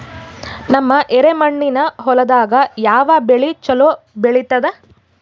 ನಮ್ಮ ಎರೆಮಣ್ಣಿನ ಹೊಲದಾಗ ಯಾವ ಬೆಳಿ ಚಲೋ ಬೆಳಿತದ?